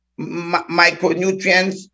micronutrients